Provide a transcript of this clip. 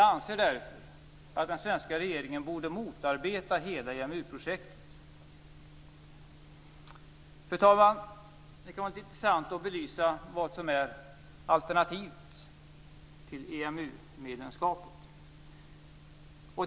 Därför borde den svenska regeringen motarbeta hela EMU-projektet. Fru talman! Det kan vara intressant att belysa vad som kan vara alternativet till EMU-medlemskapet.